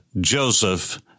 Joseph